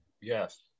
Yes